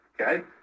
Okay